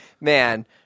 man